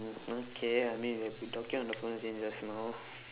mm okay I mean we have been talking on the phone since just now